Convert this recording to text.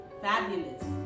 fabulous